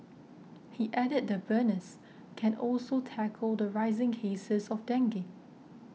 he added the burners can also tackle the rising cases of dengue